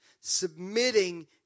Submitting